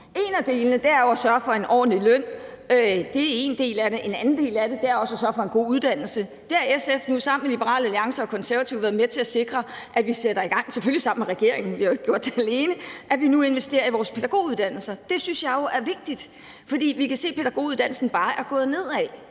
En af delene er jo at sørge for en ordentlig løn. Det er en del af det. En anden del af det er også at sørge for en god uddannelse. Det har SF nu, sammen med Liberal Alliance og Konservative, været med til at sikre at vi sætter i gang – selvfølgelig sammen med regeringen, for vi har jo ikke gjort det alene. Altså investerer vi nu i vores pædagoguddannelser. Det synes jeg jo er vigtigt. For vi kan se, at det bare er gået nedad